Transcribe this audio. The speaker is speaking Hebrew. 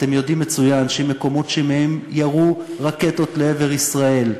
אתם יודעים מצוין שמקומות שמהם ירו רקטות לעבר ישראל,